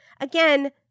Again